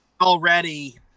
already